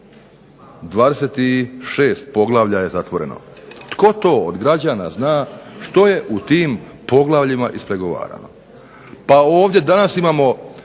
26 poglavlja je zatvoreno. Tko to od građana zna što je u tim poglavljima ispregovarano? Pa ovdje danas imamo